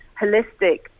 holistic